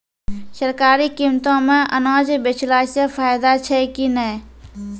सरकारी कीमतों मे अनाज बेचला से फायदा छै कि नैय?